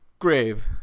grave